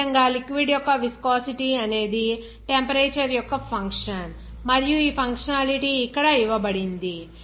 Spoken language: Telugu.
అదేవిధంగా లిక్విడ్ యొక్క విస్కోసిటీ అనేది టెంపరేచర్ యొక్క ఫంక్షన్ మరియు ఈ ఫంక్షనాలిటీ ఇక్కడ ఇవ్వబడింది